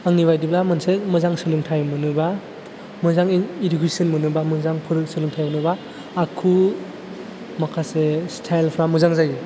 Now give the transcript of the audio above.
आंनि बायदिबा मोनसे मोजां सोलोंथाइ मोनोबा मोजाङै इडुकेशन मोनब्ला मोजां सोलोंथाइ मोनोबा आखु माखासे स्टाइलफ्रा मोजां जोयो